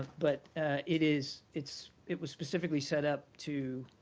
but it is it's it was specifically set up to